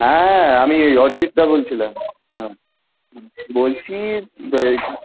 হ্যাঁ আমি অরিজিৎদা বলছিলাম হ্যাঁ বলছি ওই